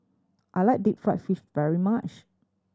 I like deep fried fish very much